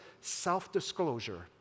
self-disclosure